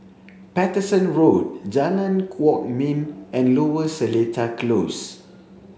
Paterson Road Jalan Kwok Min and Lower Seletar Close